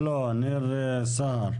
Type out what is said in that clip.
לא, ניר סהר.